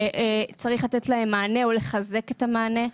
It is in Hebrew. שצריך לתת להם מענה או לחזק את המענה.